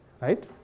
right